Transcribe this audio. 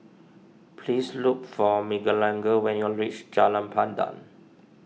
please look for Miguelangel when you reach Jalan Pandan